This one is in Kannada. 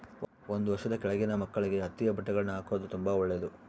ಒಂದು ವರ್ಷದ ಕೆಳಗಿನ ಮಕ್ಕಳಿಗೆ ಹತ್ತಿಯ ಬಟ್ಟೆಗಳ್ನ ಹಾಕೊದು ತುಂಬಾ ಒಳ್ಳೆದು